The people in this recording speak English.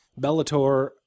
Bellator